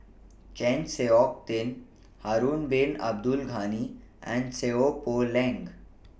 Chng Seok Tin Harun Bin Abdul Ghani and Seow Poh Leng